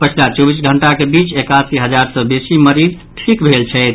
पछिला चौबीस घंटाक बीच एकासी हजार सँ बेसी मरीज ठीक भेल छथि